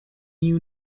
you